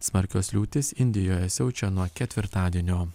smarkios liūtys indijoje siaučia nuo ketvirtadienio